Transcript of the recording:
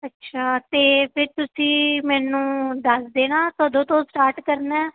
ਅੱਛਾ ਅਤੇ ਫਿਰ ਤੁਸੀਂ ਮੈਨੂੰ ਦੱਸ ਦੇਣਾ ਕਦੋਂ ਤੋਂ ਸਟਾਰਟ ਕਰਨਾ